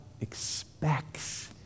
expects